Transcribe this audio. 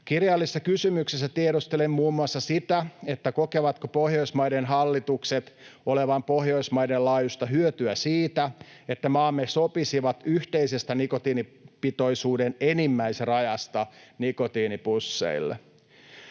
Kirjallisessa kysymyksessä tiedustelen muun muassa sitä, kokevatko Pohjoismaiden hallitukset olevan Pohjoismaiden laajuista hyötyä siitä, että maamme sopisivat yhteisestä nikotiinipitoisuuden enimmäisrajasta nikotiinipusseille.